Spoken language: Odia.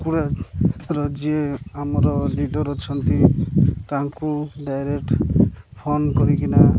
କୁକୁଡ଼ାର ଯିଏ ଆମର ଲିଡ଼ର ଅଛନ୍ତି ତାଙ୍କୁ ଡାଇରେକ୍ଟ ଫୋନ କରିକିନା